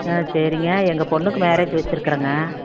ஆ சரிங்க எங்க பெண்ணுக்கு மேரேஜ் வெச்சுருக்குறேங்க